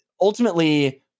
ultimately